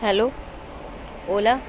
hello ola